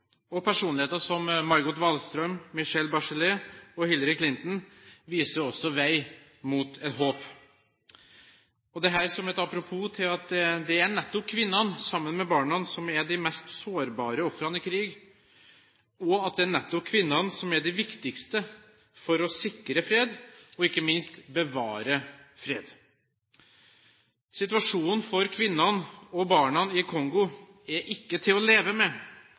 og personligheter som Margot Wallström, Michelle Bachelet og Hillary Clinton viser også vei mot et håp. Dette som et apropos til at det nettopp er kvinnene, sammen med barna, som er de mest sårbare ofrene i krig, og at det nettopp er kvinnene som er de viktigste for å sikre fred, og ikke minst bevare fred. Situasjonen for kvinnene og barna i Kongo er ikke til å leve med.